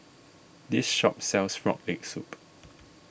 this shop sells Frog Leg Soup